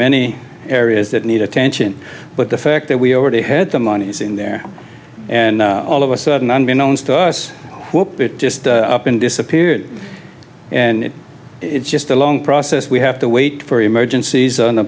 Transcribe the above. many areas that need attention but the fact that we already had the monies in there and all of a sudden unbeknownst to us it just disappeared and it's just a long process we have to wait for emergencies on the